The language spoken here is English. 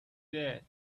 that